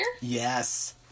Yes